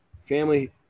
family